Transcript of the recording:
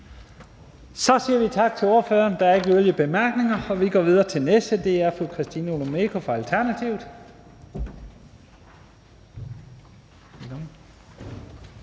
Så siger vi tak til ordføreren. Der er ikke yderligere korte bemærkninger. Vi går videre til den næste, og det er fru Christina Olumeko fra Alternativet.